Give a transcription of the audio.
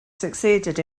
succeeded